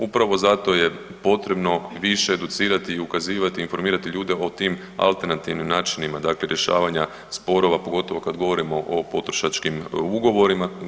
Upravo zato je potrebno više educirati, i ukazivati i informirati ljude o tim alternativnim načinima dakle rješavanja sporova pogotovo kada govorimo o potrošačkim ugovorima.